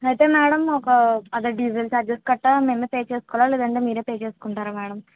అయితే మేడం ఒక అదే డీజిల్ చార్జెస్ గట్రా మేమే పే చేసుకోవాలా మేడం లేదంటే మీరే పే చేసుకుంటారా మేడం